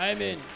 Amen